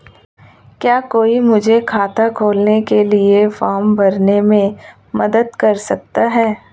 क्या कोई मुझे खाता खोलने के लिए फॉर्म भरने में मदद कर सकता है?